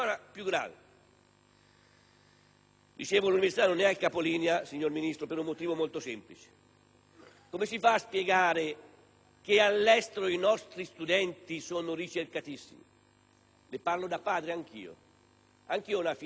Ministro, che l'università non è al capolinea per un motivo molto semplice. Come si fa a spiegare che all'estero i nostri studenti sono ricercatissimi? Le parlo da padre anch'io. Anch'io ho una figlia a New York da tre anni;